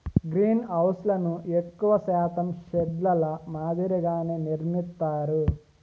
గ్రీన్హౌస్లను ఎక్కువ శాతం షెడ్ ల మాదిరిగానే నిర్మిత్తారు